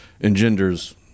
engenders